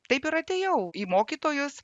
taip ir atėjau į mokytojus